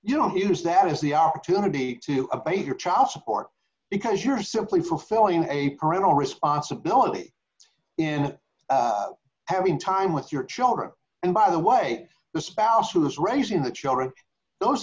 you don't use that as the opportunity to abate your child support because you're simply fulfilling a parental responsibility in having time with your children and by the way the spouse who is raising the children those